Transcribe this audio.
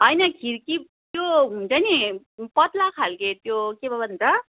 होइन खिर्की त्यो हुन्छ नि पतला खालके त्यो के पो भन्छ